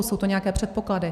Jsou to nějaké předpoklady.